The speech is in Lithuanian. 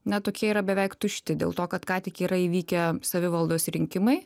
na tokie yra beveik tušti dėl to kad ką tik yra įvykę savivaldos rinkimai